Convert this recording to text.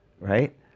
Right